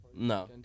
No